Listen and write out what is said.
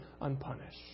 unpunished